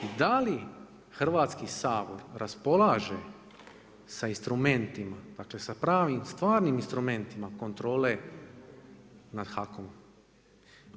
I da li Hrvatski sabor raspolaže sa instrumentima, dakle sa pravim stvarnim instrumentima kontrole nad HAKOM.